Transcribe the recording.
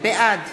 בעד